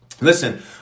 listen